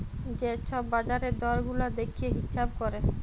যে ছব বাজারের দর গুলা দ্যাইখে হিঁছাব ক্যরে